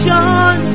John